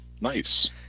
Nice